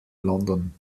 london